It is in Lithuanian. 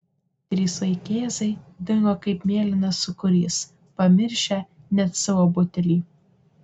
trys vaikėzai dingo kaip mėlynas sūkurys pamiršę net savo butelį